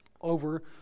over